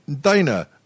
Dana